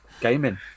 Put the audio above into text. gaming